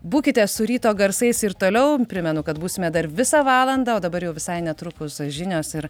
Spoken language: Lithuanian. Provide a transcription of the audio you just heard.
būkite su ryto garsais ir toliau primenu kad būsime dar visą valandą o dabar jau visai netrukus žinios ir